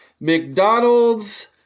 McDonald's